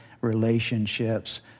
relationships